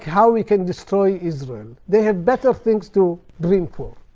how we can destroy israel. they have better things to dream for.